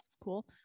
cool